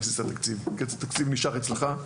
כי התקציב נשאר אצלך,